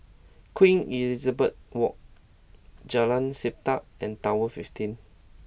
Queen Elizabeth Walk Jalan Sedap and Tower Fifteen